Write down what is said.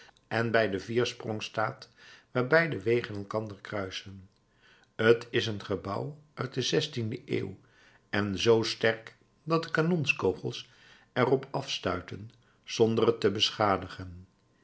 en bij den viersprong staat waar beide wegen elkander kruisen t is een gebouw uit de zestiende eeuw en zoo sterk dat de kanonskogels er op afstuitten zonder het te beschadigen